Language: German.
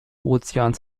ozeans